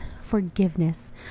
forgiveness